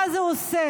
מה זה עושה?